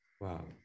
Wow